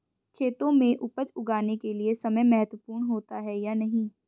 खेतों में उपज उगाने के लिये समय महत्वपूर्ण होता है या नहीं?